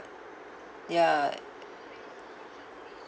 ya